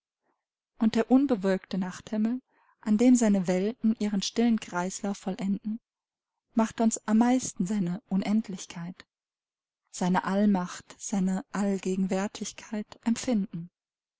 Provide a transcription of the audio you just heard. und der unbewölkte nachthimmel an dem seine welten ihren stillen kreislauf vollenden macht uns am meisten seine unendlichkeit seine allmacht seine allgegenwärtigkeit empfinden